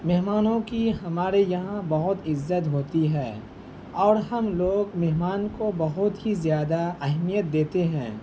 مہمانوں کی ہمارے یہاں بہت عزت ہوتی ہے اور ہم لوگ مہمان کو بہت ہی زیادہ اہمیت دیتے ہیں